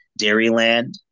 Dairyland